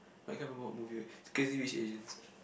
I can't remember what movie Crazy-Rich-Asians